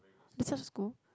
school